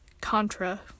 Contra